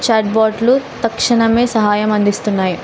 చాట్బోట్లు తక్షణమే సహాయం అందిస్తున్నాయి